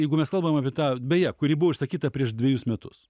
jeigu mes kalbam apie tą beje kuri buvo užsakyta prieš dvejus metus